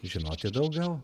žinoti daugiau